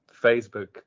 Facebook